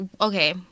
okay